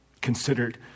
considered